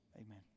Amen